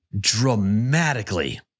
dramatically